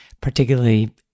particularly